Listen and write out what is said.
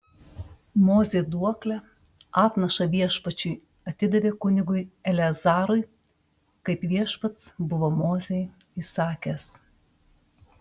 mozė duoklę atnašą viešpačiui atidavė kunigui eleazarui kaip viešpats buvo mozei įsakęs